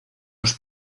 los